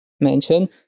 Mention